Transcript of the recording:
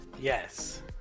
Yes